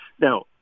Now